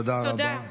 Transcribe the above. תודה על העצות.